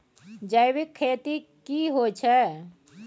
जैविक खेती की होए छै?